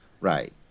Right